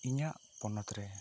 ᱤᱧᱟᱹᱜ ᱯᱚᱱᱚᱛ ᱨᱮ